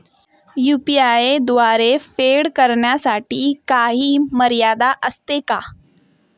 UPI द्वारे फेड करण्यासाठी काही मर्यादा असते का?